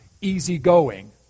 easygoing